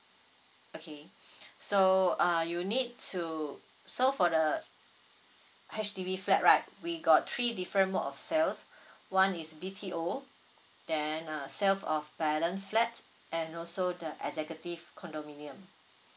okay so uh you need to so for the H_D_B flat right we got three different mode of sales one is B_T_O then uh sale of balance flat and also the executive condominium